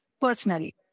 personally